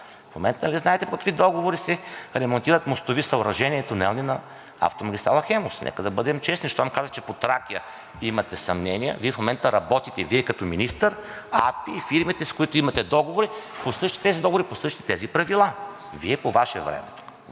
В момента нали знаете с какви договори се ремонтират мостови съоръжения и тунели на автомагистрала „Хемус“? Нека да бъдем честни. Щом казахте, че по „Тракия“ имате съмнения… Вие в момента работите, Вие като министър, АПИ и фирмите, с които имате договори, по същите тези договори, по същите тези правила. Вие по Ваше време